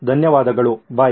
ಧನ್ಯವಾದಗಳು ಬೈ